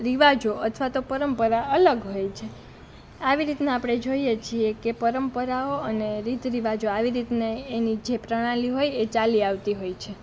રિવાજો અથવા તો પરંપરા અલગ હોય છે આવી રીતના આપણે જોઈએ છીએ કે પરંપરાઓ અને રીત રિવાજો આવી રીતના એની જે પ્રણાલી હોય એ ચાલી આવતી હોય છે